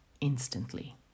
instantly